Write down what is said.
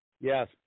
yes